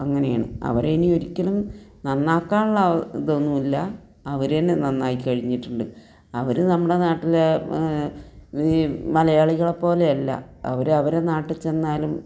അങ്ങനെയാണ് അവരെ ഇനി ഒരിക്കലും നന്നാക്കാനുള്ള ഇതൊന്നുമില്ല അവർ തന്നെ നന്നായി കഴിഞ്ഞിട്ടുണ്ട് അവർ നമ്മുടെ നാട്ടിലെ മലയാളികളെ പോലെ അല്ല അവർ അവരെ നാട്ടിൽ ചെന്നാലും